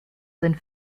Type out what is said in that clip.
sind